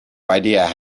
idea